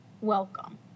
Welcome